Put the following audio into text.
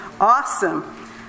awesome